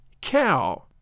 Cow